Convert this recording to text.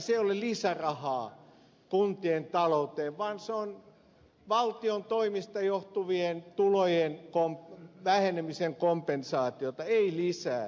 se ei ole lisärahaa kuntien talouteen vaan se on valtion toimista johtuvien tulojen vähenemisen kompensaatiota ei lisää